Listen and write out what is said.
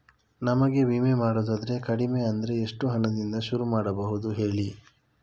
ನಮಗೆ ವಿಮೆ ಮಾಡೋದಾದ್ರೆ ಕಡಿಮೆ ಅಂದ್ರೆ ಎಷ್ಟು ಹಣದಿಂದ ಶುರು ಮಾಡಬಹುದು ಹೇಳಿ